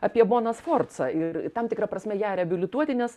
apie boną sforcą ir tam tikra prasme ją reabilituoti nes